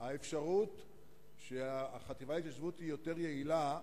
האפשרות שהחטיבה להתיישבות תהיה יותר יעילה,